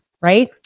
right